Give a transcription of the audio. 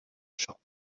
shop